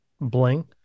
Bling